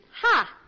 Ha